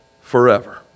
forever